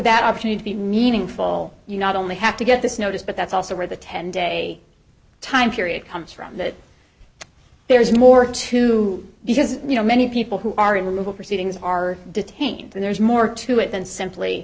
that opportunity to be meaningful you not only have to get this notice but that's also where the ten day time period comes from that there is more to because you know many people who are in removal proceedings are detained and there's more to it than simply